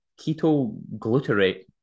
ketoglutarate